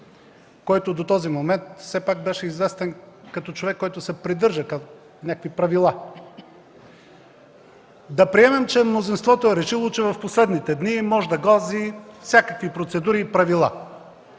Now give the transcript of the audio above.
който до този момент беше известен като човек, придържащ се към някакви правила. Да приемем, че мнозинството е решило в последните дни, че може да гази всякакви процедури и правила.